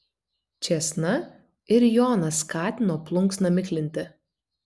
čėsna ir joną skatino plunksną miklinti